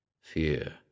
Fear